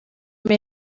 may